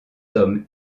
hommes